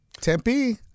Tempe